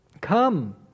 come